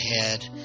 head